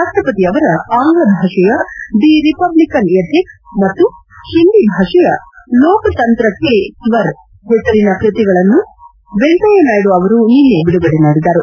ರಾಷ್ಟಪತಿ ಅವರ ಆಂಗ್ಲ ಭಾಷೆಯ ದಿ ರಿಪಬ್ಲಿಕನ್ ಎಥಿಕ್ ಮತ್ತು ಹಿಂದಿ ಭಾಷೆಯ ಲೋಕತಂತ್ರ್ ಕೆ ಸ್ವರ್ ಹೆಸರಿನ ಕೃತಿಗಳನ್ನು ವೆಂಕಯ್ಜನಾಯ್ಡು ಅವರು ನಿನ್ನೆ ಬಿಡುಗಡೆ ಮಾಡಿದರು